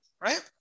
right